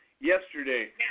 yesterday